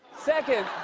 second,